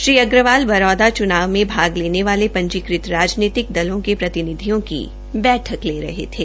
श्री अग्रवाल बरौदा चूनाव में भाग लेने वाले पंजीकृत राजनीतिक दलों के प्रतिनिधियों की बैठक ले रहे थे